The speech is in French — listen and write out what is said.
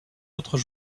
autres